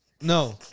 no